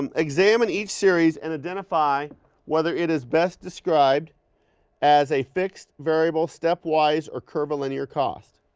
um examine each series and identify whether it is best described as a fixed, variable, stepwise or curvilinear cost.